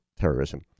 terrorism